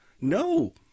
No